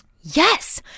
Yes